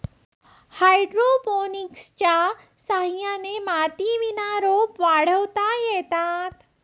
हायड्रोपोनिक्सच्या सहाय्याने मातीविना रोपं वाढवता येतात